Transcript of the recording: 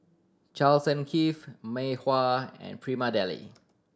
Charles and Keith Mei Hua and Prima Deli